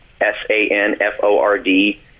S-A-N-F-O-R-D